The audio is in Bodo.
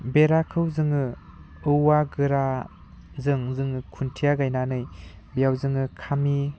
बेराखौ जोङो औवा गोराजों जोङो खुन्थिया गायनानै बेयाव जोङो खामि